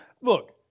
Look